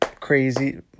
Crazy